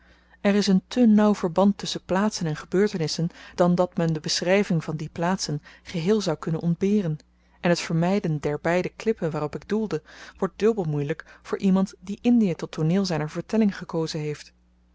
er is een te nauw verband tusschen plaatsen en gebeurtenissen dan dat men de beschryving van die plaatsen geheel zou kunnen ontberen en t vermyden de beide klippen waarop ik doelde wordt dubbel moeielyk voor iemand die indie tot tooneel zyner vertelling gekozen heeft